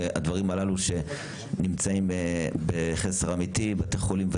הדברים האלה שנמצאים בחסר אמיתי.